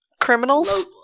Criminals